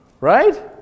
Right